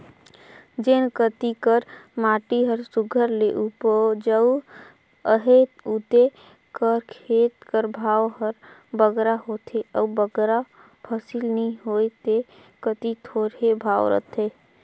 जेन कती कर माटी हर सुग्घर ले उपजउ अहे उते कर खेत कर भाव हर बगरा होथे अउ बगरा फसिल नी होए ते कती थोरहें भाव रहथे